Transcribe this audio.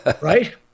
right